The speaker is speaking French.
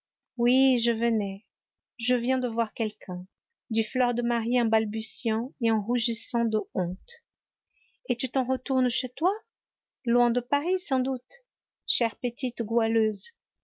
oui je venais je viens de voir quelqu'un dit fleur de marie en balbutiant et en rougissant de honte et tu t'en retournes chez toi loin de paris sans doute chère petite goualeuse